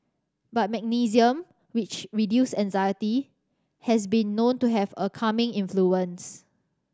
but magnesium which reduce anxiety has been known to have a calming influence